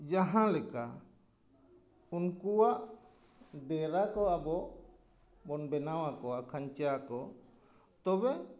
ᱡᱟᱦᱟᱸ ᱞᱮᱠᱟ ᱩᱱᱠᱩᱣᱟᱜ ᱰᱮᱨᱟ ᱠᱚ ᱟᱵᱚ ᱵᱚᱱ ᱵᱮᱱᱟᱣ ᱟᱠᱚᱣᱟ ᱠᱷᱟᱧᱪᱟ ᱠᱚ ᱛᱚᱵᱮ